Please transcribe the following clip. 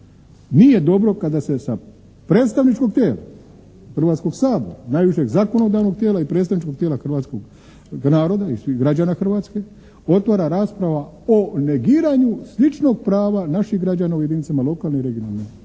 nije dobro kada se sa predstavničkog tijela Hrvatskog sabora, najvišeg zakonodavnog tijela i predstavničkog tijela hrvatskog naroda i svih građana Hrvatske, otvara rasprava o negiranju sličnog prava naših građana u jedinicama lokalne i regionalne